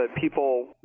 people